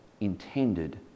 intended